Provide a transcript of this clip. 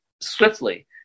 swiftly